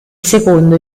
secondo